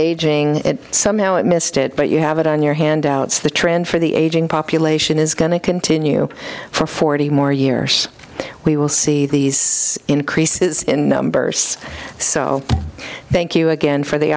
aging somehow i missed it but you have it on your handouts the trend for the aging population is going to continue for forty more years we will see these increases in numbers so thank you again for the